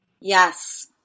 Yes